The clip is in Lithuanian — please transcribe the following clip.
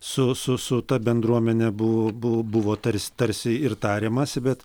su su su ta bendruomene bu bu buvo tarsi tarsi ir tariamasi bet